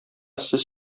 сез